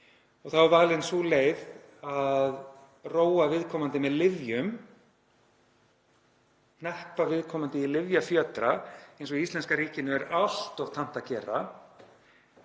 og þá er sú leið valin að róa viðkomandi með lyfjum, hneppa viðkomandi í lyfjafjötra, eins og íslenska ríkinu er allt of tamt að gera,